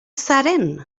zaren